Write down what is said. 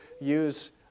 use